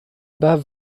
bat